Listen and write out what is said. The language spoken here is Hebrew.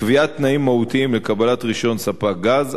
קביעת תנאים מהותיים לקבלת רשיון ספק גז,